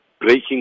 breaking